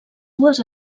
dues